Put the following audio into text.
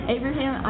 Abraham